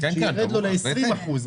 שירד לו ל-20 אחוזים,